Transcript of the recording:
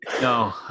No